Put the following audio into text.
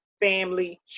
family